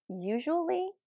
usually